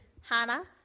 Hannah